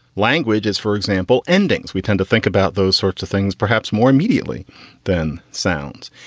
language is, for example, endings. we tend to think about those sorts of things, perhaps more immediately than sounds.